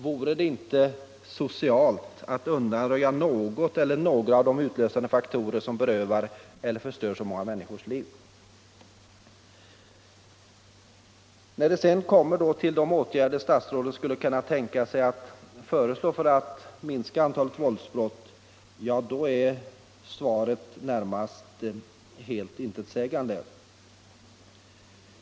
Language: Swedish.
Vore det inte socialt att undanröja någon eller några av de utlösande faktorer som förstör så många människors liv? När vi sedan kommer till de åtgärder statsrådet skulle kunna tänka sig att föreslå för att minska antalet våldsbrott är svaret närmast helt intetsägande.